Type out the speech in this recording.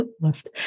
left